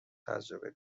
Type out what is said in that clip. تجربه